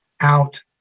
out